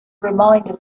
reminder